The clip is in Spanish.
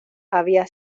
había